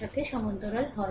এর সাথে সমান্তরাল হয়